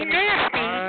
nasty